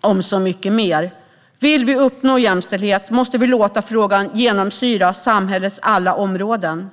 om mycket mer. Vill vi uppnå jämställdhet måste vi låta frågan genomsyra samhällets alla områden.